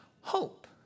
hope